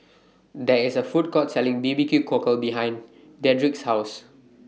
There IS A Food Court Selling B B Q Cockle behind Dedric's House